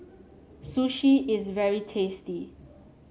sushi is very tasty